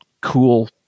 cool